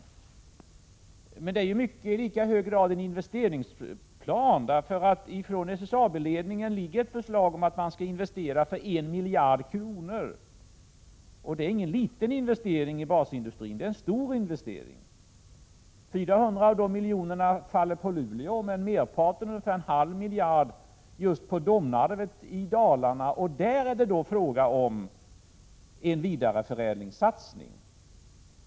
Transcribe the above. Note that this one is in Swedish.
Den är i mycket hög grad också en investeringsplan. Från SSAB-ledningen föreligger ett förslag om att investera för 1 miljard kronor, och det är ingen liten investering i basindustrin. 400 av dessa miljoner faller på Luleå, men merparten, en halv miljard, just på Domnarvet i Dalarna, och där är det fråga om en vidareförädlingssatsning.